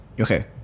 Okay